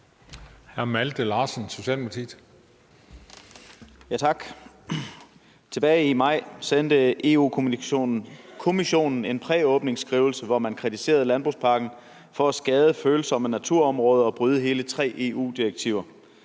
(S): Tak. Tilbage i maj sendte Europa-Kommissionen en præåbningsskrivelse, hvor man kritiserede landbrugspakken for at skade følsomme naturområder og bryde hele tre EU-direktiver.